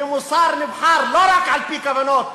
ומוסר נבחן לא רק על-פי כוונות,